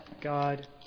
God